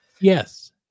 Yes